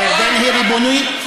ירדן היא ריבונית.